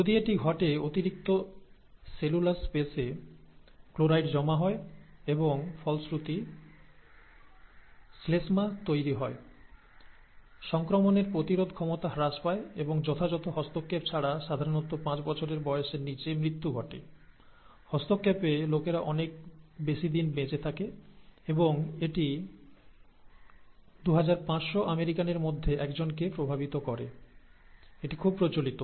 যদি এটি ঘটে অতিরিক্ত সেলুলার স্পেসে ক্লোরাইড জমা হয় এবং ফলশ্রুতি শ্লেষ্মা তৈরি হয় সংক্রমণের প্রতিরোধ ক্ষমতা হ্রাস পায় এবং যথাযথ হস্তক্ষেপ ছাড়া সাধারণত পাঁচ বছরের বয়সের নিচে মৃত্যু ঘটে হস্তক্ষেপে লোকেরা অনেক বেশি দিন বেঁচে থাকে এবং এটি 2500 আমেরিকানের মধ্যে একজনকে প্রভাবিত করে এটি খুব প্রচলিত